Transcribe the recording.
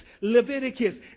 Leviticus